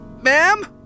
ma'am